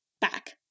back